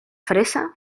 fresa